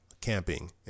camping